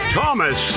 Thomas